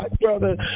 brother